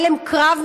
הלם קרב,